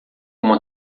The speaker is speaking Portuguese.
uma